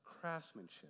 craftsmanship